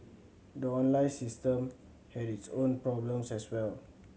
the online system had its own problems as well